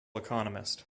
economist